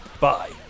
Bye